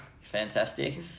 Fantastic